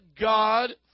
God